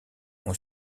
ont